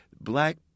black